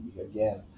again